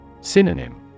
Synonym